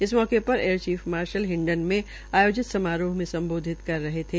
इस अवसर र एयर चीफ मार्शल हिंडन में आयोजित समारोह में सम्बोधित कर रहे थे